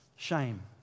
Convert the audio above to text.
Shame